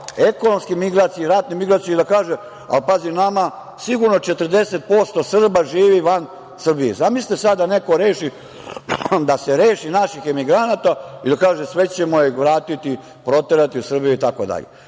ekonomske migracije i ratne migracije, te nama sigurno 40% Srba živi van Srbije. Zamislite sada neko reši da se reši naših emigranata i da kaže – sve ćemo ih vratiti, proterati u Srbiju itd.